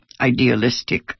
idealistic